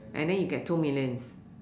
and then you get two millions